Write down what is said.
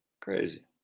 Crazy